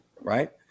right